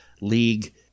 league